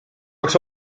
kaks